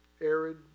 arid